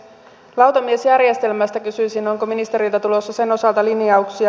lautamiesjärjestelmästä kysyisin onko ministeriltä tulossa sen osalta linjauksia